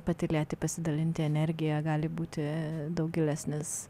patylėti pasidalinti energija gali būti daug gilesnis